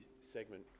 segment